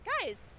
guys